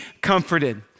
comforted